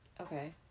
Okay